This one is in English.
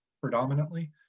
predominantly